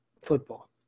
football